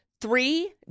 Three